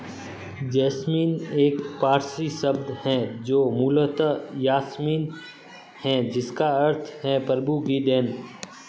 jasmine एक पारसी शब्द है जो मूलतः यासमीन है जिसका अर्थ है प्रभु की देन